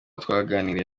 twaganiriye